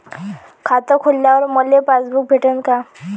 खातं खोलल्यावर मले पासबुक भेटन का?